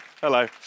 hello